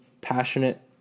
passionate